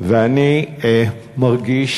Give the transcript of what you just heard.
אני מרגיש